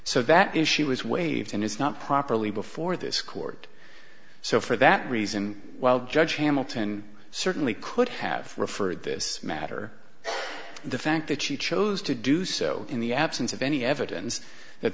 so that if she was waived and is not properly before this court so for that reason well the judge hamilton certainly could have referred this matter the fact that she chose to do so in the absence of any evidence that